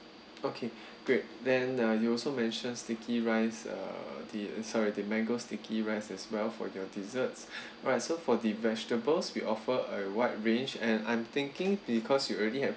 okay great then uh you also mention sticky rice uh the sorry the mango sticky rice as well for your desserts alright so for the vegetables we offer a wide range and I'm thinking because you already have